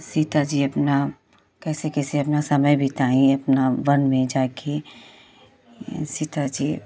सीता जी अपना कैसे कैसे अपना समय बिताईं अपना वन में जाकर सीता जी